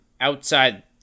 outside